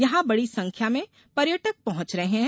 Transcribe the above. यहां बड़ी संख्या में पर्यटक पहुंच रहे हैं